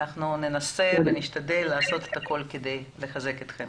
אנחנו ננסה ונשתדל לעשות הכול כדי לחזק אתכם.